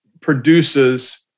produces